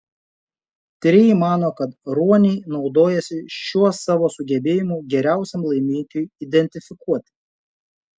tyrėjai mano kad ruoniai naudojasi šiuo savo sugebėjimu geriausiam laimikiui identifikuoti